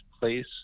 place